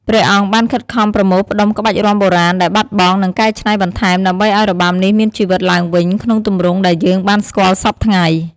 ព្រះអង្គបានខិតខំប្រមូលផ្តុំក្បាច់រាំបុរាណដែលបាត់បង់ និងកែច្នៃបន្ថែម ដើម្បីឱ្យរបាំនេះមានជីវិតឡើងវិញក្នុងទម្រង់ដែលយើងបានស្គាល់សព្វថ្ងៃ។